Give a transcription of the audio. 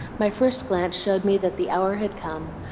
my first glance showed me that the hour had come,